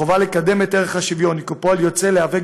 החובה לקדם את ערך השוויון וכפועל יוצא להיאבק